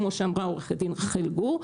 כמו שאמרה עורכת הדין רחל גור,